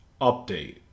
update